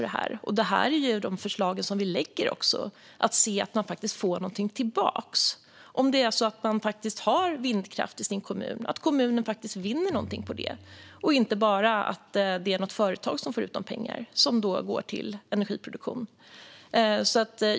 De förslag vi lägger fram handlar ju också om att se till att man faktiskt får någonting tillbaka, att en kommun som har vindkraft också vinner någonting på det så att det inte bara är något företag som får ut pengarna som då går till energiproduktion.